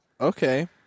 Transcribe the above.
Okay